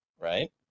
Right